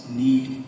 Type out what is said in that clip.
need